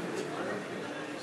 כבוד יושב-ראש